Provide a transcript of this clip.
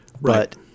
Right